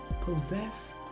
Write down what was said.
possess